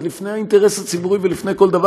עוד לפני האינטרס הציבורי ולפני כל דבר,